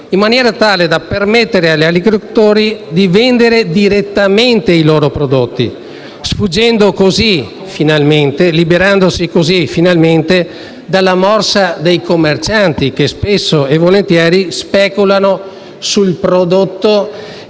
in maniera tale da permettere agli agricoltori di vendere direttamente i loro prodotti, liberandosi così finalmente dalla morsa dei commercianti, che spesso e volentieri speculano sul prodotto